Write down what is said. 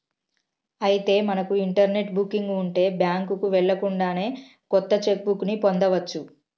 అయితే మనకు internet booking ఉంటే బ్యాంకుకు వెళ్ళకుండానే కొత్త చెక్ బుక్ ని పొందవచ్చు